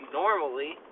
normally